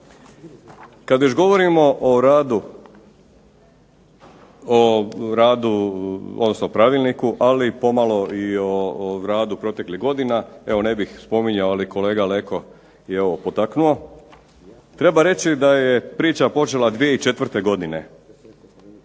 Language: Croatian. Kada već govorimo o radu odnosno pravilniku ali pomalo o radu proteklih godina, ne bih spominjao ali kolega Leko je potaknuo, treba reći da je priča počela 2004. godine.